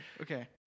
Okay